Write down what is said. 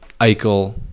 Eichel